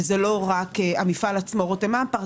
וזה לא רק המפעל עצמו רותם אמפרט.